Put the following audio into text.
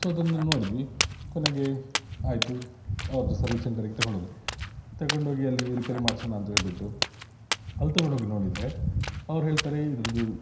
so ಅದನ್ನು ನೋಡಿದ್ವಿ ಕೊನೆಗೆ ಆಯಿತು ಅವ್ರದು ಸರ್ವಿಸ್ ಸೆಂಟರಿಗೆ ತೊಗೊಂಡು ಹೋದಿರಿ ತೆಗೊಂಡು ಹೋಗಿ ಅಲ್ಲಿ ರಿಪೇರ್ ಮಾಡ್ಸೋಣ ಅಂತ್ಹೇಳ್ಬಿಟ್ಟು ಅಲ್ಲಿ ತೊಗೊಂಡು ಹೋಗಿ ನೋಡಿದರೆ ಅವ್ರು ಹೇಳ್ತಾರೆ ಇದ್ರದು